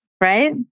Right